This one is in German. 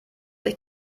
sich